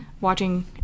watching